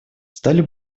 стали